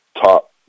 top